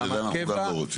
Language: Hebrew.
שגם את זה אנחנו לא רוצים.